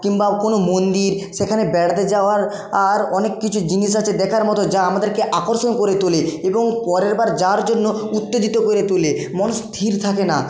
কিংবা কোনো মন্দির সেখানে বেড়াতে যাওয়ার আর অনেক কিছু জিনিস আছে দেখার মতো যা আমাদেরকে আকর্ষণ করে তোলে এবং পরেরবার যাওয়ার জন্য উত্তেজিত করে তোলে মন স্থির থাকে না